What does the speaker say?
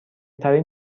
ترین